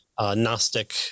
Gnostic